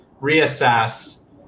reassess